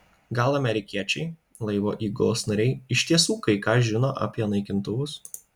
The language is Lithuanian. gal amerikiečiai laivo įgulos nariai iš tiesų kai ką žino apie naikintuvus